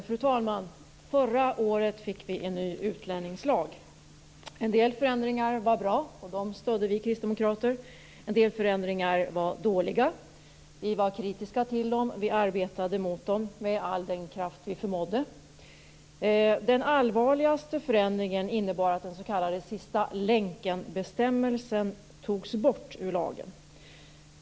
Fru talman! Förra året fick vi en ny utlänningslag. En del förändringar var bra, och dem stödde vi kristdemokrater. En del förändringar var dåliga, och vi var kritiska till dem och arbetade mot dem med all den kraft vi förmådde. sistalänkenbestämmelsen togs bort ur lagen.